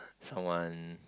someone